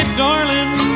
darling